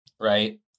Right